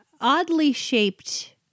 oddly-shaped